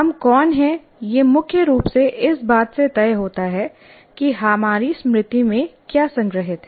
हम कौन हैं यह मुख्य रूप से इस बात से तय होता है कि हमारी स्मृति में क्या संग्रहीत है